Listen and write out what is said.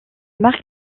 marque